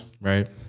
Right